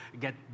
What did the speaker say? get